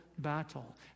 battle